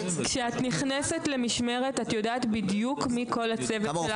-- כשאת נכנסת למשמרת את יודעת בדיוק מי כל הצוות שלך,